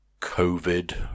COVID